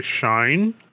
shine